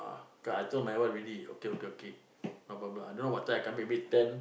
ah I told my wife already okay okay okay no problem I don't know what time I come back maybe ten